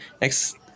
Next